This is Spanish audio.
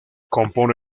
compone